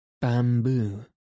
bamboo